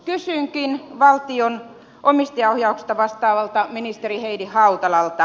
kysynkin valtion omistajaohjauksesta vastaavalta ministeri heidi hautalalta